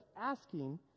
asking